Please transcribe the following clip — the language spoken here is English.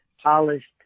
polished